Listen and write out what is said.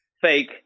fake